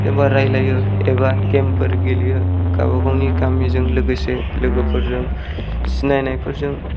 जेनेबा रायज्लायो एबा गेम फोर गेलेयो गाबागावनि गामिजों लोगोसे लोगोफोरजों सिनायनायफोरजों